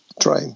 train